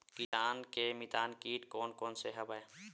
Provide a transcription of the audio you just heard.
किसान के मितान कीट कोन कोन से हवय?